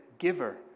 giver